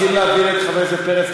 חבר הכנסת פרץ,